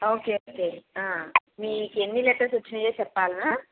okay okay మీకెన్ని letters వచ్చాయో చెప్పాలా